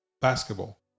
basketball